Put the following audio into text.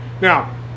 Now